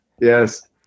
Yes